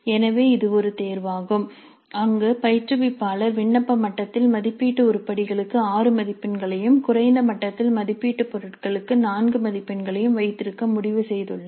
எனவே இது ஒரு தேர்வாகும் அங்கு பயிற்றுவிப்பாளர் விண்ணப்ப மட்டத்தில் மதிப்பீட்டு உருப்படிகளுக்கு 6 மதிப்பெண்களையும் குறைந்த மட்டத்தில் மதிப்பீட்டு பொருட்களுக்கு 4 மதிப்பெண்களையும் வைத்திருக்க முடிவு செய்துள்ளார்